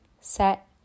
set